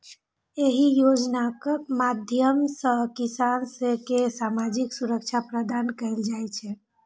एहि योजनाक माध्यम सं किसान कें सामाजिक सुरक्षा प्रदान कैल जाइ छै